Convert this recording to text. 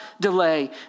delay